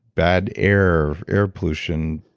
bad air. air pollution.